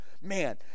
man